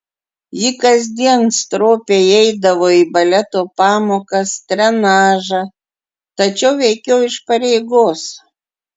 ji kasdien stropiai eidavo į baleto pamokas trenažą tačiau veikiau iš pareigos